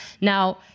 now